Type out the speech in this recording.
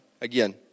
again